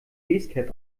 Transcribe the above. basecap